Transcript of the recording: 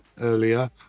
earlier